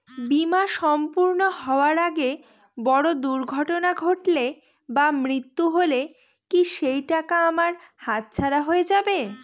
বীমা সম্পূর্ণ হওয়ার আগে বড় দুর্ঘটনা ঘটলে বা মৃত্যু হলে কি সেইটাকা আমার হাতছাড়া হয়ে যাবে?